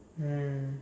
mm